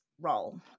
role